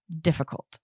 difficult